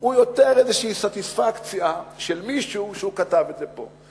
זה יותר סטיספקציה של מישהו שכתב את זה פה.